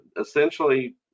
Essentially